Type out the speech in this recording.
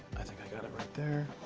i think i got it right there.